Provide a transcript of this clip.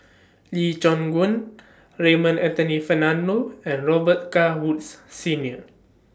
Lee Choon Guan Raymond Anthony Fernando and Robet Carr Woods Senior